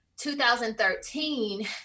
2013